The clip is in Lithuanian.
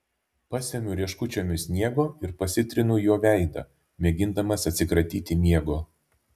pasemiu rieškučiomis sniego ir pasitrinu juo veidą mėgindamas atsikratyti miego